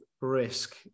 risk